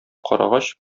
карагач